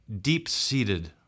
deep-seated